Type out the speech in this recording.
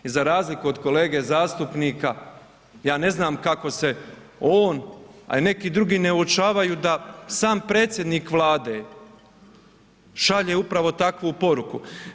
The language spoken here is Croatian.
I za razliku od kolege zastupnika ja ne znam kako se on, a i neki drugi ne uočavaju da sam predsjednik Vlade šalje upravo takvu poruku.